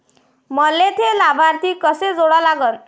मले थे लाभार्थी कसे जोडा लागन?